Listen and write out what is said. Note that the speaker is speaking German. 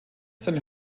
seine